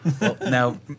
Now